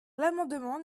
l’amendement